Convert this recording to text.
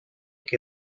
que